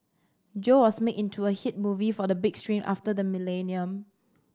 Joe was made into a hit movie for the big screen after the millennium